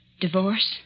Divorce